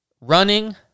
running